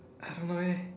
I don't know eh